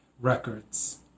Records